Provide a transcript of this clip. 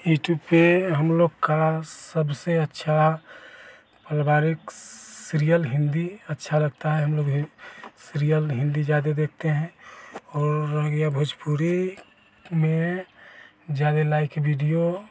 YouTube पर हम लोगों का सबसे अच्छा पारिवारिक सिरियल हिंदी अच्छा लगता है हम लोग ही सिरियल हिंदी जाकर देखते हैं और या भोजपुरी में लाइव वीडियो